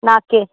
ನಾಲ್ಕು ಕೆ